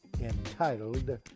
entitled